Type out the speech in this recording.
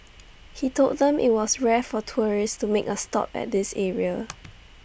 he told them that IT was rare for tourists to make A stop at this area